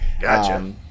Gotcha